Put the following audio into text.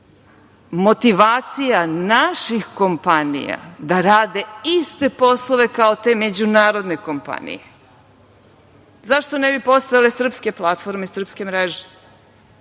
motivacija naših kompanija da rade iste poslve kao te međunarodne kompanije.Zašto ne bi postojale srpske platforme, srpske mreže,